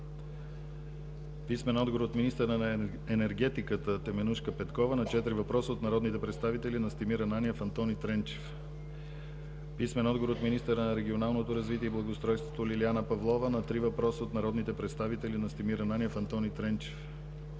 писмен отговор от министъра на енергетиката Теменужка Петкова на четири въпроса от народните представители Настимир Ананиев и Антони Тренчев; - писмен отговор от министъра на регионалното развитие и благоустройството Лиляна Павлова на три въпроса от народните представители Настимир Ананиев и Антони Тренчев;